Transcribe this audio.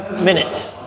minute